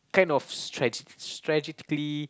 kind of strategic strategically